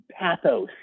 pathos